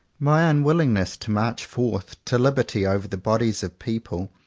my unwillingness to march forth to liberty over the bodies of people,